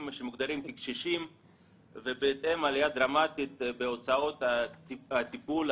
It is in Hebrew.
שמוגדרים כקשישים ובהתאם עלייה דרמטית בהוצאות הטיפול,